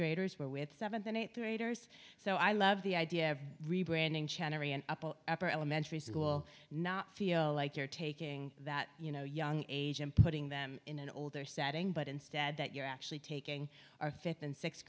graders were with seventh and eighth graders so i love the idea of rebranding china not feel like you're taking that you know young age and putting them in an older setting but instead that you're actually taking our fifth and sixth